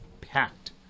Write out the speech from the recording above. packed